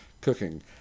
cooking